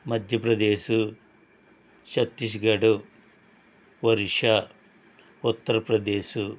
Madhya Pradesh Chhattisgarh Orissa Uttar Pradesh